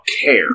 care